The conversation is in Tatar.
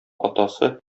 атасы